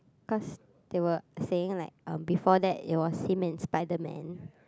cause they were saying like um before that it was him and SpiderMan